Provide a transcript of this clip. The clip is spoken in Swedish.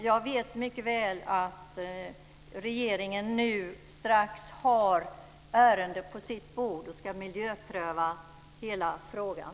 Jag vet mycket väl att regeringen snart har ärendet på sitt bord och ska miljöpröva hela frågan.